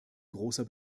großer